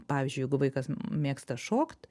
pavyzdžiui jeigu vaikas mėgsta šokt